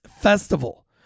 festival